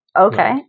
Okay